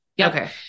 okay